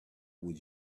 would